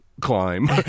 climb